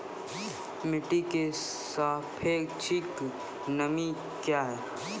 मिटी की सापेक्षिक नमी कया हैं?